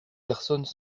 personnes